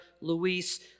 Luis